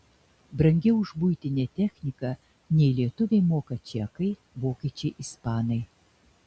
brangiau už buitinę techniką nei lietuviai moka čekai vokiečiai ispanai